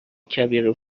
کبیر